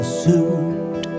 suit